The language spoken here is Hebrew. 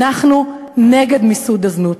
אנחנו נגד מיסוד הזנות,